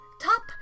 top